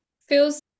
feels